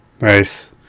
nice